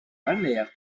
balnéaire